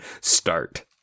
start